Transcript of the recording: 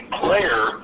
player